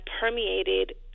permeated